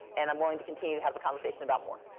and i'm willing to continue to have a conversation about more.